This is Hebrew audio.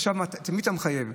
עכשיו, את מי אתה מחייב?